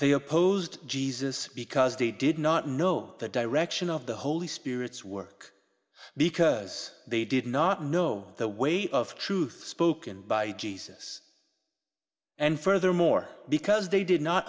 they opposed jesus because they did not know the direction of the holy spirit's work because they did not know the way of truth spoken by jesus and furthermore because they did not